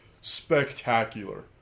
spectacular